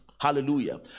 hallelujah